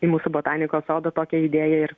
į mūsų botanikos sodą tokią idėją ir